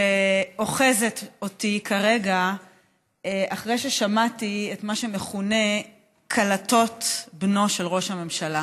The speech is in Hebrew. שאוחזים אותי כרגע אחרי ששמעתי את מה שמכונה "קלטות בנו של ראש הממשלה".